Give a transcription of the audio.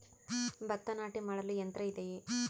ಭತ್ತ ನಾಟಿ ಮಾಡಲು ಯಂತ್ರ ಇದೆಯೇ?